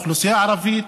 ובמיוחד באוכלוסייה הערבית,